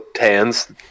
hands